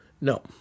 No